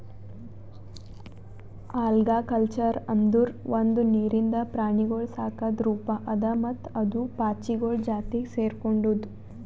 algaculture ಅಂದುರ್ ಒಂದು ನೀರಿಂದ ಪ್ರಾಣಿಗೊಳ್ ಸಾಕದ್ ರೂಪ ಅದಾ ಮತ್ತ ಅದು ಪಾಚಿಗೊಳ್ ಜಾತಿಗ್ ಸೆರ್ಕೊಂಡುದ್